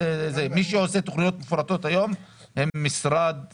מי שעושה היום תכניות מפורטות, זה משרד השיכון.